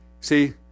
See